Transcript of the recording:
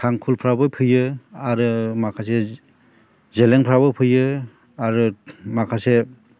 थांखुलफ्राबो फैयो आरो माखासे जेलेंफ्राबो फैयो आरो माखासे